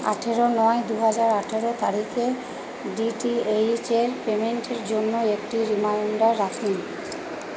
আঠেরো নয় দু হাজার আঠেরো তারিখে ডিটিএইচ এর পেমেন্টের জন্য একটি রিমাইণ্ডার রাখুন